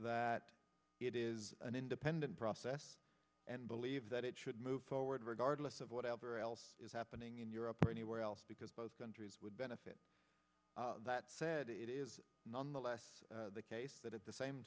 that it is an independent process and believe that it should move forward regardless of whatever else is happening in europe or anywhere else because both countries would benefit that said it is nonetheless the case that at the same